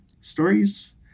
stories